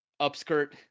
upskirt